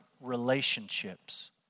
relationships